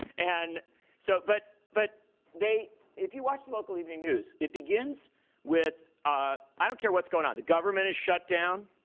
and so but but if you watch the local evening news, it begins with i don't care what's going on. the government is shut down,